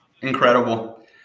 Incredible